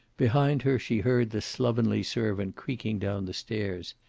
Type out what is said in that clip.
behind her she heard the slovenly servant creaking down the stairs.